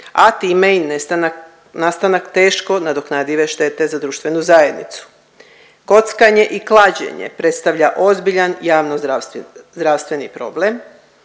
nestanak, nastanak teško nadoknadive štete za društvenu zajednicu. Kockanje i klađenje predstavlja ozbiljan javnozdravstveni problem,